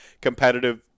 competitive